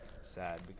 sad